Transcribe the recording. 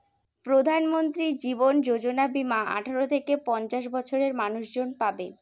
প্রধানমন্ত্রী জীবন যোজনা বীমা আঠারো থেকে পঞ্চাশ বছরের মানুষজন পাবে